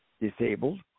disabled